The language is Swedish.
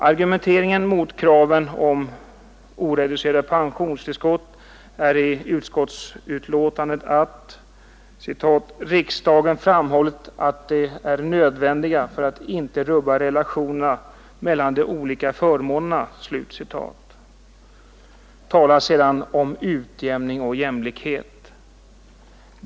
Argumenteringen mot kraven på oreducerade pensionstillskott är i utskottsutlåtandet att ”riksdagen framhållit att de är nödvändiga för att inte rubba relationerna mellan de olika förmånerna”. Tala sedan om utjämning och jämlikhet!